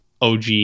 OG